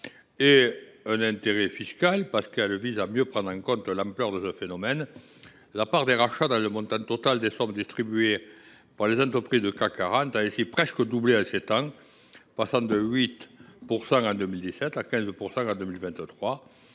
Du point de vue fiscal, elle vise à mieux prendre en compte l’ampleur de ce phénomène. La part des rachats dans le montant total des sommes distribuées par les entreprises du CAC 40 a ainsi presque doublé en sept ans, passant de 8 % en 2017 à 15 % en 2023.